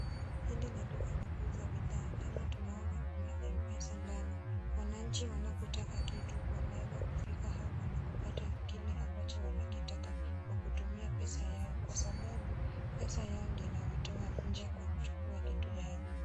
Hili ni duka la kuuza bidhaa, tena tunaona kuna M-Pesa ndani. Wananchi wanapotaka kitu, wanaweza kufika hapa na kupata kile ambacho wanakitaka kwa kutumia pesa yao, kwa sababu pesa yao ndiyo inawatoa nje kwa kuchukua kitu yao.